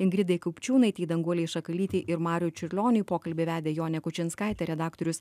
ingridai kupčiūnaitei danguolei šakalytei ir mariui čiurlioniui pokalbį vedė jonė kučinskaitė redaktorius